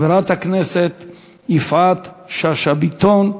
חברת הכנסת יפעת שאשא ביטון,